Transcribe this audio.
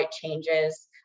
changes